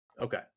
okay